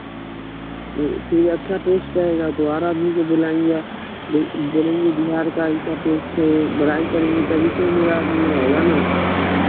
ठीक है अच्छा टेस्ट रहेगा तो हर आदमी को बुलाएँगे यहाँ बोल बोलेंगे बिहार का ऐसा टेस्ट है बढ़ाई करेंगे तभी तो मेरा आदमी आएगा ना